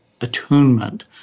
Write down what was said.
attunement